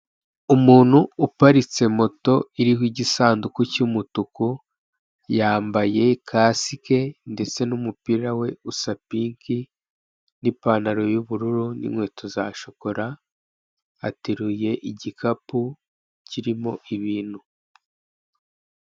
Umuntu uparitse moto iriho igisanduku cy'umutuku, yambaye kasike ndetse n'umupira usa pinki n'ipantaro y'ubururu, n'inkweto za shokora ateruye igikapu kirimo ibintu.